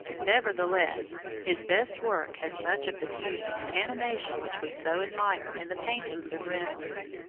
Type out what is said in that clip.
nevertheless, his best work has much of the beauty and animation which we so admire in the paintings of reynolds.